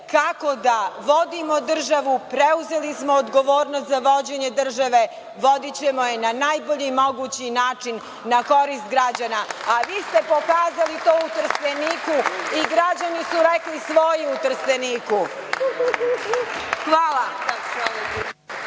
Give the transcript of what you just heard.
kako da vodimo državu. Preuzeli smo odgovornost za vođenje države. Vodićemo je na najbolji mogući način, na korist građana, a vi ste pokazali to u Trsteniku i građani su rekli svoje u Trsteniku. Hvala.